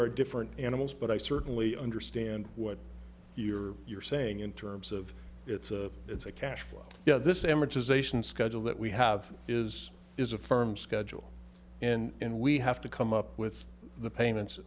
are different animals but i certainly understand what you're you're saying in terms of it's a it's a cash flow you know this amortization schedule that we have is is a firm schedule and we have to come up with the payments